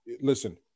Listen